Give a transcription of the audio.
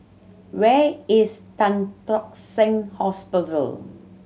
where is Tan Tock Seng Hospital